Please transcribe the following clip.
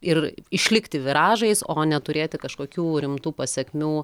ir išlikti viražais o neturėti kažkokių rimtų pasekmių